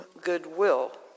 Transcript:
goodwill